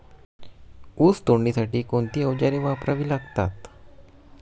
ऊस तोडणीसाठी कोणती अवजारे वापरावी लागतात?